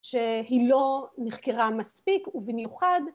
שהיא לא נחקרה מספיק ובמיוחד